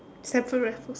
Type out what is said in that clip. stamford raffles